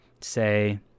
say